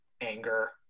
anger